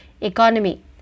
economy